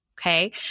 Okay